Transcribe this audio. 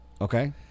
Okay